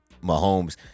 Mahomes